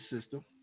system